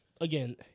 again